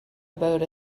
about